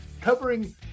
covering